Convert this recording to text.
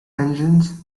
engines